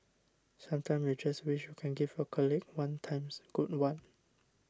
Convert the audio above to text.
sometimes you just wish you can give your colleague one times good one